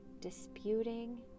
disputing